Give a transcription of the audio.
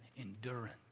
endurance